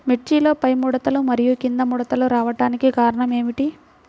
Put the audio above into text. మిర్చిలో పైముడతలు మరియు క్రింది ముడతలు రావడానికి కారణం ఏమిటి?